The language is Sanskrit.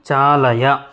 चालय